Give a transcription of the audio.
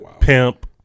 pimp